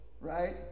right